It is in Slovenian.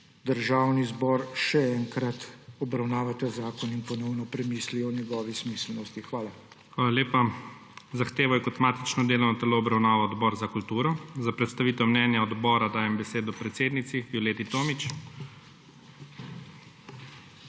Državni zbor še enkrat obravnava ta zakon in ponovno premisli o njegovi smiselnosti. Hvala. **PREDSEDNIK IGOR ZORČIČ:** Hvala lepa. Zahtevo je kot matično delovno telo obravnaval Odbor za kulturo. Za predstavitev mnenja odbora dajem besedo predsednici Violeti Tomić.